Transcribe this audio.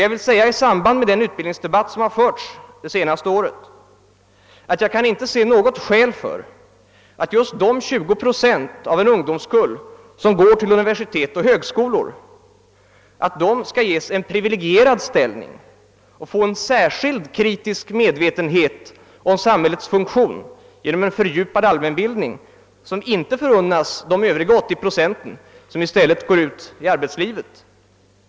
Jag vill med anledning av den utbildningsdebatt som förts under det senaste året säga, att jag inte kan finna något skäl för att just de 20 procent av en ungdomskull som går till universitet och högskolor skall ges en privilegierad ställning och få en särskild kritisk medvetenhet om samhällets funktion genom en fördjupad allmänbildning, som inte förunnas de övriga 80 procen ten, vilka i stället går ut i arbetslivet.